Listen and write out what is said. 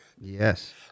Yes